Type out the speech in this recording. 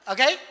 Okay